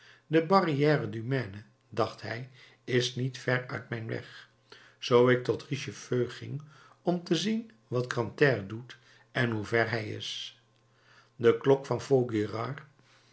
de barrière du maine dacht hij is niet ver uit mijn weg zoo ik tot richefeu ging om te zien wat grantaire doet en hoe ver hij is de klok van